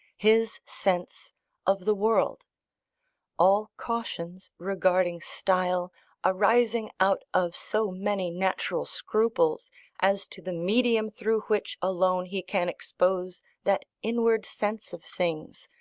his sense of the world all cautions regarding style arising out of so many natural scruples as to the medium through which alone he can expose that inward sense of things,